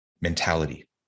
mentality